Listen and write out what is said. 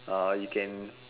uh you can